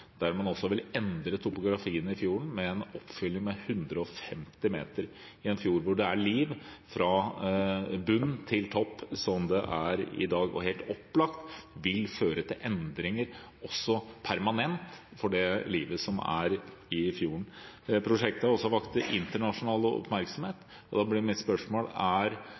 der man vil endre topografien i fjorden med en oppfylling med 150 meter, i en fjord hvor det er liv fra bunn til topp, slik det er i dag. Det vil helt opplagt føre til endringer permanent for det livet som er i fjorden. Prosjektet har også vakt internasjonal oppmerksomhet. Da blir mitt spørsmål: Er